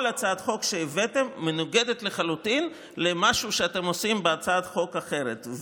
כל הצעת חוק שהבאתם מנוגדת לחלוטין למשהו שאתם עושים בהצעת חוק אחרת.